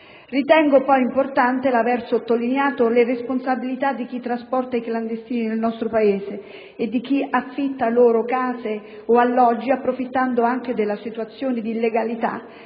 Ritengo poi importante l'aver sottolineato le responsabilità di chi trasporta i clandestini nel nostro Paese e di chi affitta loro case o alloggi approfittando anche della situazione di illegalità